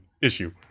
issue